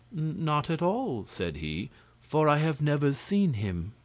not at all, said he for i have never seen him.